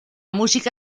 música